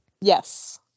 Yes